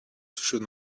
should